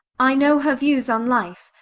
i know her views on life.